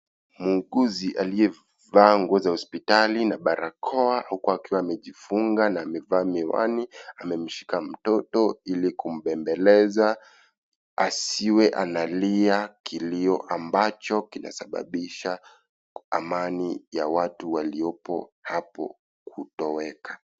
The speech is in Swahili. Muuguzi aliyevaa nguo za hospitali na barakoa huku akiwa amejifunga na amevaa miwani amemshika mtoto ili kumbembeleza asiwe analia kilio ambacho kinasababisha amani ya watu waliopo hapo kutoweka.